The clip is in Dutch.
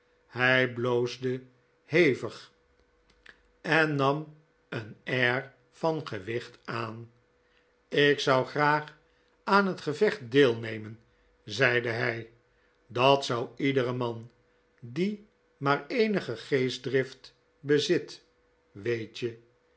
hij bloosde hevig en nam een air van gewicht aan ik zou graag aan het gevecht deelnemen zeide hij dat zou iedere man die maar eenige geestdrift bezit weet je